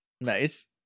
Nice